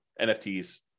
NFTs